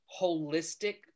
holistic